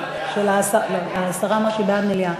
השרה אמרה שהיא בעד מליאה.